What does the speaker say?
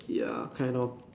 ya kind of